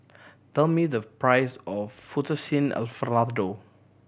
tell me the price of Fettuccine Alfredo